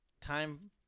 Time